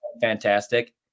fantastic